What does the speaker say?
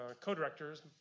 co-directors